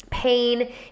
Pain